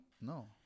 No